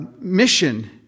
mission